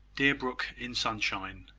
deerbrook in sunshine.